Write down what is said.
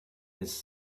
his